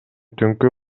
түнкү